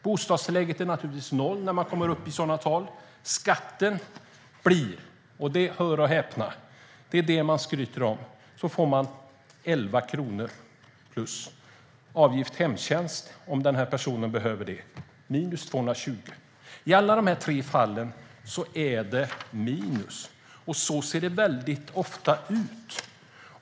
Bostadstillägget är naturligtvis noll när man kommer upp i sådana tal. Skatten blir - hör och häpna och det är det man skryter om - 11 kronor plus. Med avgift för hemtjänst, om den här personen behöver det, blir det minus 220 kronor. I alla de här tre fallen är det minus, och så ser det väldigt ofta ut.